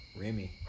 Remy